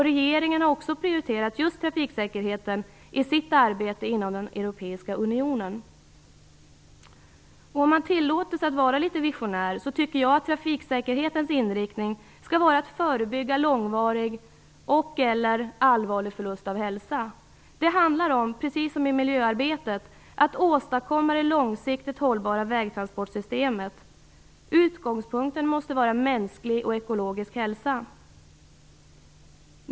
Regeringen har också prioriterat trafiksäkerheten i sitt arbete i den europeiska unionen. Om jag tillåter mig att vara litet visionär, anser jag att trafiksäkerhetens inriktning skall vara att förebygga långvarig och/eller allvarlig förlust av hälsa. Det handlar om att precis som i miljöarbetet åstadkomma det långsiktigt hållbara vägtransportsystemet. Utgångspunkten måste vara mänsklig och ekologisk hälsa.